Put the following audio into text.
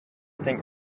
think